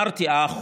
רבות.